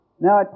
Now